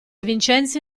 vincenzi